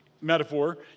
metaphor